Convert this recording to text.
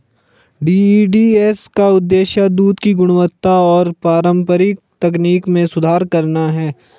DEDS का उद्देश्य दूध की गुणवत्ता और पारंपरिक तकनीक में सुधार करना है